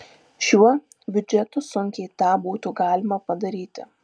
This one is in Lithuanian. su šiuo biudžetu sunkiai tą būtų galima padaryti